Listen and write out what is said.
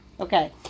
Okay